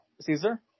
Caesar